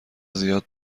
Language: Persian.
زیاد